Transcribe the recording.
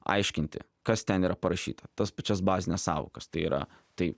aiškinti kas ten yra parašyta tas pačias bazines sąvokas tai yra tai